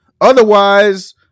Otherwise